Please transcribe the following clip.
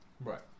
Right